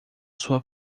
sua